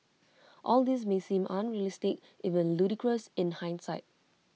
all this may seem unrealistic even ludicrous in hindsight